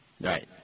Right